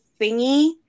thingy